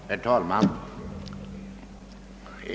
Herr talman!